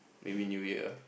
maybe New Year